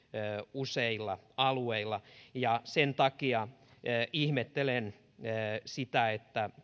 useilla alueilla sen takia ihmettelen sitä että